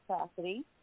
capacity